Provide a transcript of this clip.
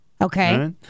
Okay